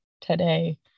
today